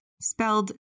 spelled